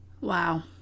Wow